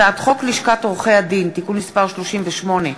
הצעת חוק לשכת עורכי-הדין (תיקון מס' 38),